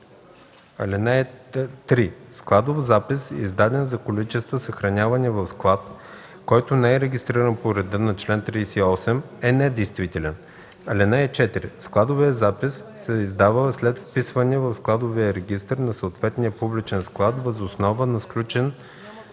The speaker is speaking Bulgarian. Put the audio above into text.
(3) Складов запис, издаден за количества, съхранявани в склад, който не е регистриран по реда на чл. 38, е недействителен. (4) Складовият запис се издава след вписване в складовия регистър на съответния публичен склад въз основа на сключен